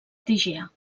tegea